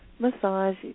Massage